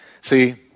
See